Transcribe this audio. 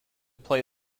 play